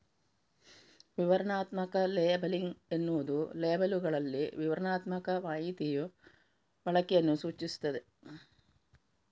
ವಿವರಣಾತ್ಮಕ ಲೇಬಲಿಂಗ್ ಎನ್ನುವುದು ಲೇಬಲ್ಲುಗಳಲ್ಲಿ ವಿವರಣಾತ್ಮಕ ಮಾಹಿತಿಯ ಬಳಕೆಯನ್ನ ಸೂಚಿಸ್ತದೆ